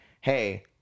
hey